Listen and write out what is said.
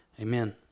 Amen